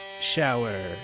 shower